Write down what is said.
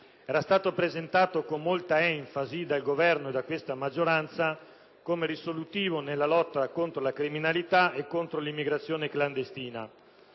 Era stato presentato con molta enfasi dal Governo e da questa maggioranza come risolutivo nella lotta contro la criminalità e l'immigrazione clandestina.